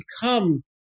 become